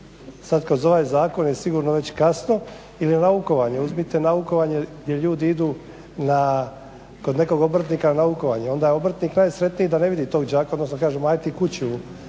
Sad kroz ovaj zakon je sigurno već kasno. Ili naukovanje, uzmite naukovanje gdje ljudi idu kod nekog obrtnika na naukovanje, onda je obrtnik najsretniji da ne vidi tog đaka odnosno kaže mi aj ti kući,